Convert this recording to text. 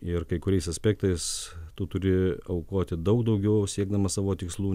ir kai kuriais aspektais tu turi aukoti daug daugiau siekdamas savo tikslų